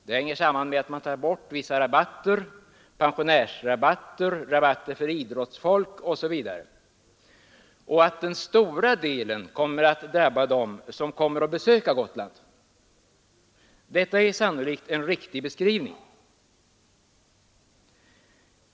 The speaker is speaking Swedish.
Det hänger samman med att man tar bort vissa rabatter — pensionärsrabatter, rabatter för idrottsfolk osv. — och att den stora delen kommer att drabba dem som skall besöka Gotland. Detta är sannolikt en riktig beskrivning.